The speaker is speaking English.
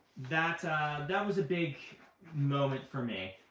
that that was a big moment for me.